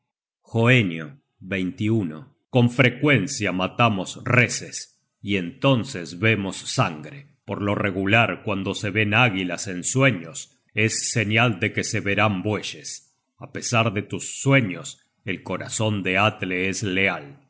atle hoenio con frecuencia matamos reses y entonces vemos sangre por lo regular cuando se ven águilas en sueños es señal de que se verán bueyes a pesar de tus sueños el corazon de atle es leal